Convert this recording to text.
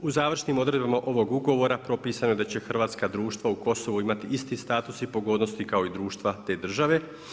U završnim odredbama ovog ugovora propisano je da će hrvatska društva u Kosovu imati isti status i pogodnosti kao i društva te države.